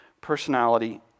personality